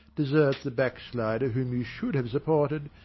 desert the backslider whom you should have supported,